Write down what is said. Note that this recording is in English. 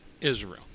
Israel